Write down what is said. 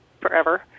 forever